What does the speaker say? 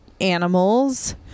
animals